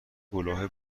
کلاه